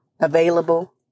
available